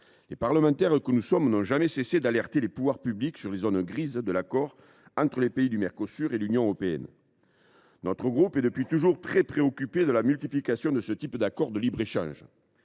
Les parlementaires que nous sommes n’ont jamais cessé d’alerter les pouvoirs publics sur les zones grises de l’accord entre les pays du Mercosur et l’Union européenne. Le groupe du RDSE est, depuis toujours, très préoccupé de la multiplication de ce type d’accord de libre échange.